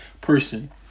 person